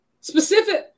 Specific